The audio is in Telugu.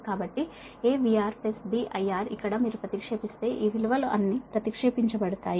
కాబట్టి AVR B IR ఇక్కడ మీరు ప్రతిక్షేపిస్తే ఈ విలువలు అన్నీ ప్రతిక్షేపించబడతాయి